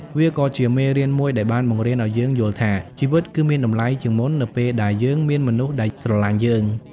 វាក៏ជាមេរៀនមួយដែលបានបង្រៀនឱ្យយើងយល់ថា ជីវិតគឺមានតម្លៃជាងមុននៅពេលដែលយើងមានមនុស្សដែលស្រលាញ់យើង។